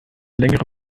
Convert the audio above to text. längere